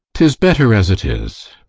tis better as it is.